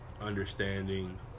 understanding